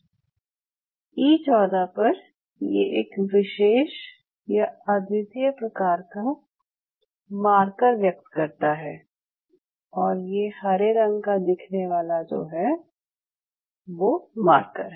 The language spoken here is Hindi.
ई 14 पर ये एक विशेष या अद्वितीय प्रकार का मार्कर व्यक्त करता है और ये हरे रंग का दिखने वाला जो है वो मार्कर है